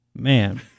Man